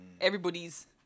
Everybody's